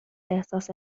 احساس